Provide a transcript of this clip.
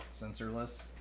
sensorless